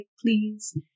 please